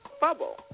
bubble